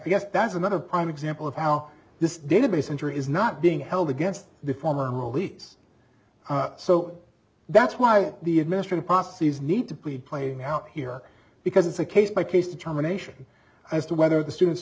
guess that's another prime example of how this database injury is not being held against the former police so that's why the administrative posses need to plead playing out here because it's a case by case determination as to whether the students